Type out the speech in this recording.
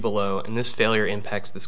below and this failure impacts this